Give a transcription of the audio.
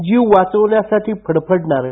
जीव वाचवण्यासाठी फडफडणारं